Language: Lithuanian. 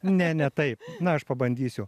ne ne taip na aš pabandysiu